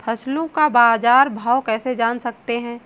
फसलों का बाज़ार भाव कैसे जान सकते हैं?